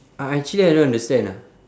uh actually I don't understand ah